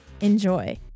Enjoy